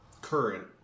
current